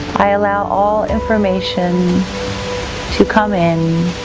i allow all information to come in.